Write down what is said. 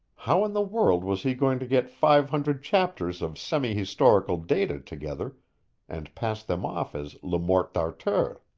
how in the world was he going to get five hundred chapters of semi-historical data together and pass them off as le morte d'arthur?